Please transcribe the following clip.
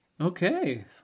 Okay